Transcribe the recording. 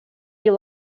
you